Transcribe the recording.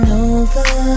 over